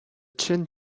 chen